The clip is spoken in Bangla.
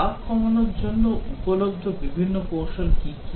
বাগ কমানোর জন্য উপলব্ধ বিভিন্ন কৌশল কী কী